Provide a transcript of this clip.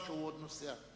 או שהוא עוד נוסע?